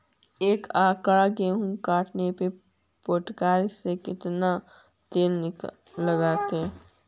एक एकड़ गेहूं काटे में टरेकटर से केतना तेल लगतइ?